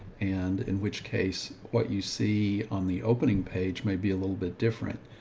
and in which case, what you see on the opening page may be a little bit different,